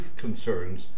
concerns